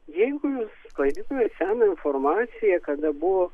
jeigu jus klaidina sena informacija kada buvo